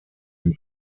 den